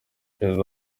perezida